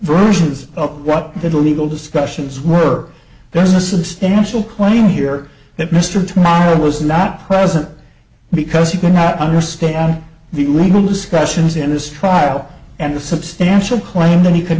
versions of what the legal discussions were there's a substantial claim here that mr tamara was not present because you cannot understand the legal discussions in this trial and the substantial claim that he could